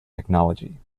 technology